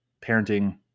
parenting